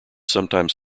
sometimes